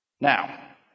Now